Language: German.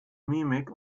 mimik